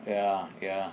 ya ya